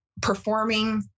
performing